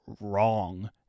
wrong